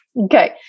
Okay